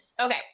Okay